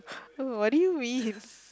uh what do you means